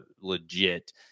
legit